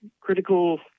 critical